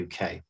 UK